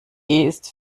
ist